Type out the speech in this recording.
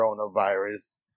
coronavirus